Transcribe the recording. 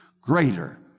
greater